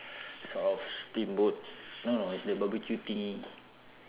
sort of steamboat no no it's the barbecue thingy